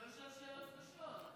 לא לשאול שאלות קשות,